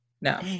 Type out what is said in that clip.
No